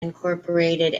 incorporated